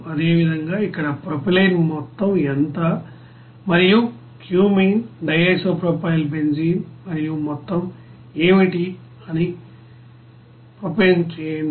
అదేవిధంగా ఇక్కడ ప్రొపైలీన్ మొత్తం ఎంత మరియు క్యూమీన్ DIPB మరియు మొత్తం ఏమిటి అని ప్రొపేన్ చేయండి